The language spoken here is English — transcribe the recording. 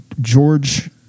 George